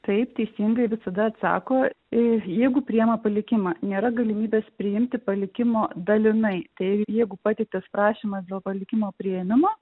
taip teisingai visada atsako jeigu priima palikimą nėra galimybės priimti palikimo dalinai tai jeigu pateiktas prašymas dėl palikimo priėmimo